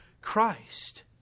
Christ